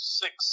six